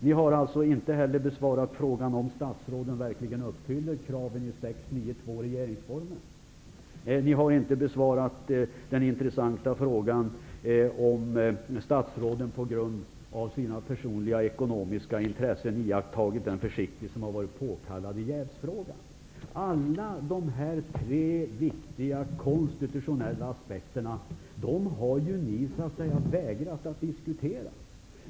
Man har heller inte besvarat frågan om statsråden verkligen uppfyller kraven i regeringsformen 6:9 2 st., och man har inte besvarat den intressanta frågan om statsråden på grund av sina personliga ekonomiska intressen har iakttagit den försiktighet som har varit påkallad i jävsfrågan. Alla dessa tre viktiga konstitutionella aspekterna har ni, så att säga, vägrat att diskutera.